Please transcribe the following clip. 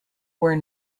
were